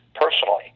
personally